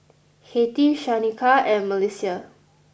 Hattie Shaneka and Melissia